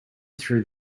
through